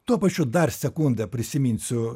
tuo pačiu dar sekundę prisiminsiu